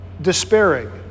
despairing